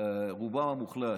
רובם המוחלט.